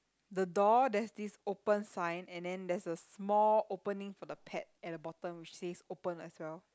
the door there's this open sign and then there's a small opening for the pet at the bottom which says open as well